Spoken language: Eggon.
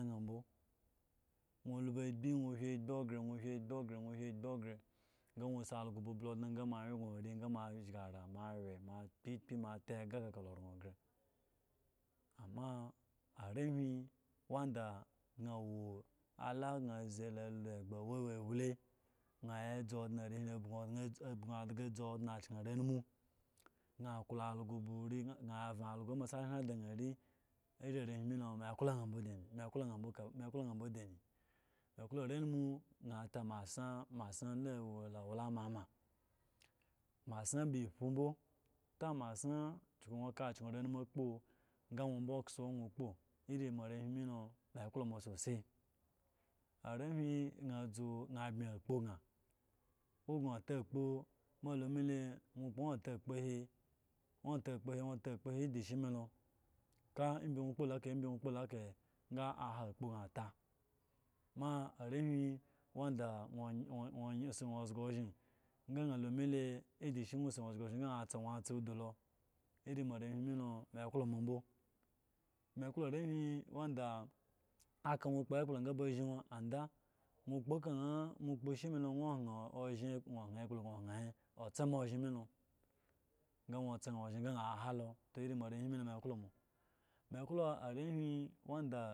Nwo lumbo agbi nwo ohwe agbi gre hwe sbi are hwe gbi gree sa nwo si algo ba pli odne sa mo awye gno ari sa mo a shga ara sa mo a ahwe moa pipi mo aega kala oran ga amma arehwi wanda san awo la wo gan la alo egbo wlewlelwle ga absu bsu adga dzu odne can arenumu klo algo ba oi lamo asi ehre dan ari iri arehwi mee klo na mbo dani klo kam wo na mbo dani me wo arenumu ga ata mas masa la awo owalama ma masa ba epu mbo ta masan gno ka kyu are numu kpo ga na mbo dzu nwo kpo me klo moa gan atakpa moa lo me le nwo kpo kana otakpo he nwo otakpo he nwo takpo he edishi me lo ka ebi nwo okpo lo eka he kpo kahe sa aha akpo sa ata ma aewi wanda gno oyi osi na za oshye sa san alo me le oskushi nwo osi na ozga oshiye ga san atza nwo atsa odo lo iri mo are melo me eklo mo bo me eklo arehwi wanda aka nwo okpo ekpolo sa aba shin nwo anda nwo kpo kana nwo kpo shi me lo gno ohen oshin gno hen he otza me oshin lo ga nwo tza na oshi me lo na halo to me eklo iri mo are me lo me eklo arehwi wanda